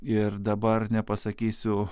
ir dabar nepasakysiu